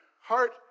heart